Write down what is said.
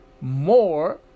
more